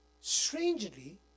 strangely